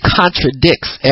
contradicts